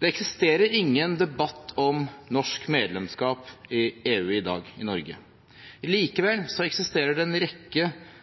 Det eksisterer ingen debatt om norsk medlemskap i EU i dag i Norge. Likevel eksisterer det en rekke